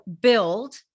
build